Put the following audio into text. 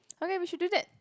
okay we should do that